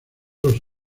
los